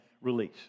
release